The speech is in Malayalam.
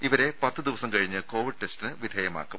ഇവരെ പത്ത് ദിവസം കഴിഞ്ഞ് കോവിഡ് ടെസ്റ്റിന് വിധേയമാക്കും